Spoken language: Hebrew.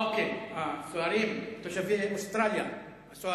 אוקיי, הסוהרים הם תושבי אוסטרליה.